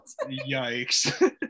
Yikes